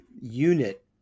unit